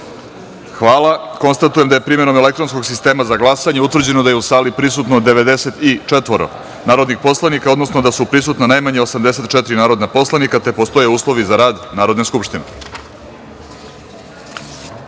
jedinice. Hvala. Konstatujem da je, primenom elektronskog sistema za glasanje, utvrđeno da su u sali prisutna 94 narodna poslanika, odnosno da su prisutna najmanje 84 narodna poslanika te postoje uslovi za rad Narodne skupštine. Da